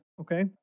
okay